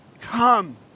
come